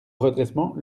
redressement